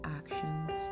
actions